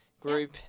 group